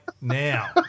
now